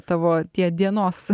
tavo tie dienos